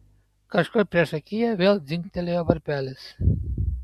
kažkur priešakyje vėl dzingtelėjo varpelis